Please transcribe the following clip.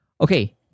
Okay